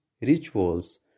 rituals